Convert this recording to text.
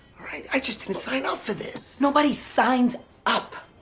alright, i just didn't sign up for this. nobody signs up!